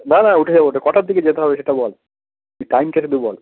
না না উঠে যাব তা কটার দিকে যেতে হবে সেটা বল তুই টাইমটা শুধু বল